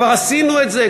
כבר עשינו את זה,